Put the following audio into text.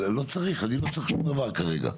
לא צריך, אני לא צריך שום דבר כרגע.